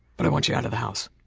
but i want you out of the house.